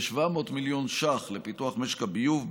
כ-700 מיליון ש"ח לפיתוח משק הביוב,